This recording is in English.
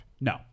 No